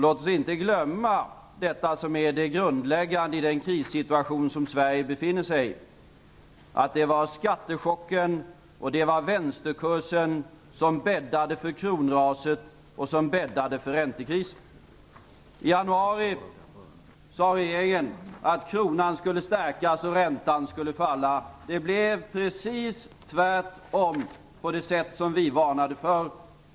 Låt oss inte glömma detta som är det grundläggande i den krissituation som Sverige befinner sig i, att det var skattechocken och vänsterkursen som bäddade för kronraset och för räntekrisen. I januari sade regeringen att kronan skulle stärkas och att räntan skulle falla. Det blev precis tvärtom, på det sätt som vi varnade för.